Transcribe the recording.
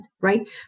right